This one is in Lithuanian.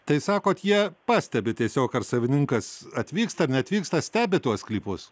tai sakot jie pastebi tiesiog ar savininkas atvyksta ar neatvyksta stebi tuos sklypus